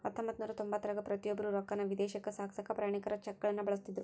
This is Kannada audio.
ಹತ್ತೊಂಬತ್ತನೂರ ತೊಂಬತ್ತರಾಗ ಪ್ರತಿಯೊಬ್ರು ರೊಕ್ಕಾನ ವಿದೇಶಕ್ಕ ಸಾಗ್ಸಕಾ ಪ್ರಯಾಣಿಕರ ಚೆಕ್ಗಳನ್ನ ಬಳಸ್ತಿದ್ರು